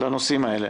לנושאים האלה.